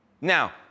Now